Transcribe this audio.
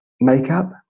makeup